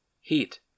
heat